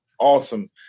Awesome